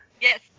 Yes